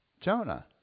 Jonah